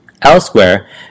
Elsewhere